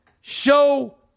show